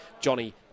Johnny